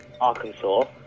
Arkansas